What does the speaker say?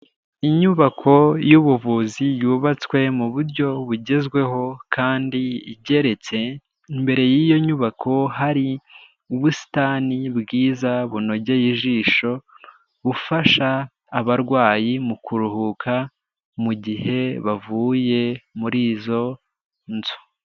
Inyubako y'ubuvuzi yubatswe mu buryo bugezweho kandi igeretse, imbere y'iyo nyubako hari ubusitani bwiza bunogeye ijisho bufasha abarwayi mu kuruhuka mu gihe bavuye murizo inzu.